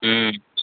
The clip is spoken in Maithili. हूँ